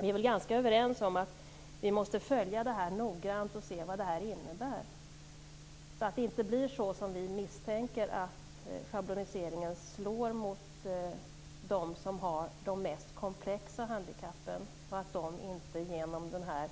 Vi är väl ganska överens om att vi måste följa detta noggrant och se vad det innebär så att det inte blir så som vi misstänker, nämligen att schabloniseringen slår mot de som har de mest komplexa handikappen och att de inte genom den här